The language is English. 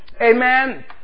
Amen